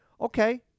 okay